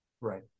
Right